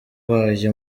abaye